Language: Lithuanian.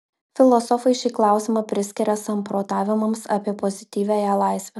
filosofai šį klausimą priskiria samprotavimams apie pozityviąją laisvę